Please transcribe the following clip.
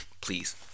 Please